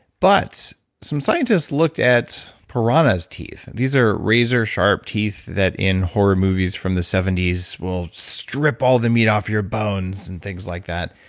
but some scientists looked at piranhas' teeth. these are razor sharp teeth that in horror movies from the seventy s will strip all the meat off your bones and things like that.